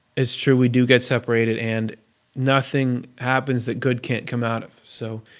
it's true we do get separated and nothing happens that good can't come out of, so,